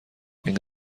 این